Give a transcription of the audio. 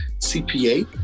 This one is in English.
CPA